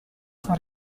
for